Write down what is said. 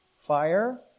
fire